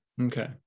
Okay